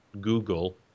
Google